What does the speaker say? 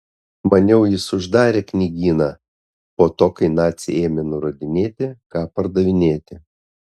maniau jis uždarė knygyną po to kai naciai ėmė nurodinėti ką pardavinėti